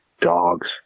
Dogs